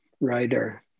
writer